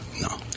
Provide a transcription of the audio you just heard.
no